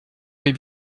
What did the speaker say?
vais